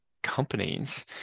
companies